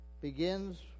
begins